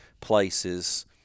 places